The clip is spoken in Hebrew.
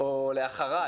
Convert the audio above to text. או ל "אחריי",